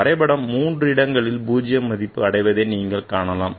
வரைபடம் மூன்று இடங்களில் பூஜ்ஜியம் மதிப்பு அடைவதை காணலாம்